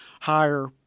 higher